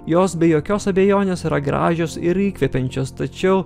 jos be jokios abejonės yra gražios ir įkvepiančios tačiau